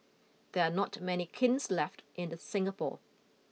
there are not many kilns left in the Singapore